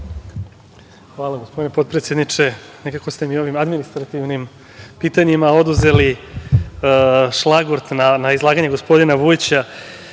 Hvala, gospodine potpredsedniče. Nekako ste mi ovim administrativnim pitanjima oduzeli šlagort na izlaganje gospodina Vujića.